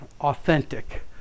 authentic